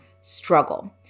struggle